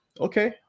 okay